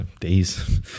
days